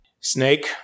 Snake